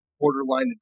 borderline